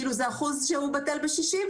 כאילו שזה אחוז שהוא בטל בשישים.